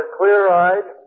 clear-eyed